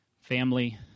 family